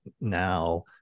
now